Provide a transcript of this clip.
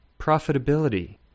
profitability